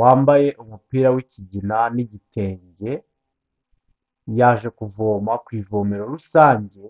Wambaye umupira w'ikigina n'igitenge, yaje kuvoma ku ivomero rusange